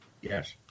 Yes